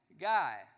guy